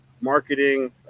Marketing